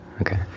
Okay